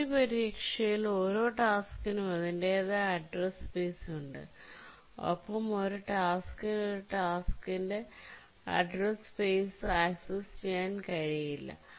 memory പരിരക്ഷയിൽ ഓരോ ടാസ്ക്കിനും അതിന്റേതായ അഡ്രസ് സ്പേസ് ഉണ്ട് ഒപ്പം ഒരു ടാസ്ക്കിന് മറ്റൊരു ടാസ്ക്കിന്റെ അഡ്രസ് സ്പേസ് ആ ക്സസ് ചെയ്യാൻ കഴിയില്ല